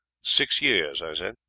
six years i said.